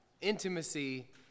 Intimacy